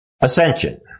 Ascension